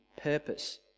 purpose